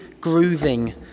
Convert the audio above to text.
grooving